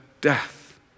death